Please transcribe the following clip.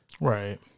Right